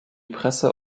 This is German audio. presse